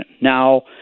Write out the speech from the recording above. now